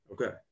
Okay